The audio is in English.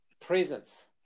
presence